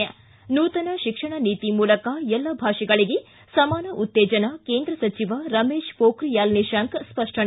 ಿ ನೂತನ ಶಿಕ್ಷಣ ನೀತಿ ಮೂಲಕ ಎಲ್ಲ ಭಾಷೆಗಳಿಗೆ ಸಮಾನ ಉತ್ತೇಜನ ಕೇಂದ್ರ ಸಚಿವ ರಮೇಶ ಪೊಖ್ರಿಯಾಲ್ ನಿಶಾಂಕ ಸ್ಪಷ್ಟನೆ